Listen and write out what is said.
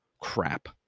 crap